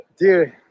Dude